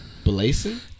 Blazing